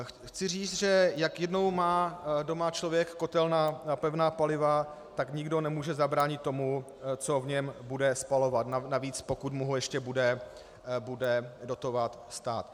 Chci říct, jak jednou má doma člověka kotel na pevná paliva, tak nikdo nemůže zabránit tomu, co v něm bude spalovat, navíc pokud mu ho ještě bude dotovat stát.